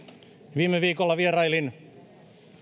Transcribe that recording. viime viikolla vierailin